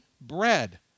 bread